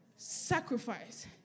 Sacrifice